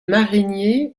mariniers